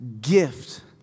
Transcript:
gift